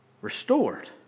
restored